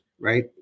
right